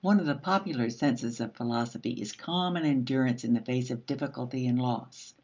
one of the popular senses of philosophy is calm and endurance in the face of difficulty and loss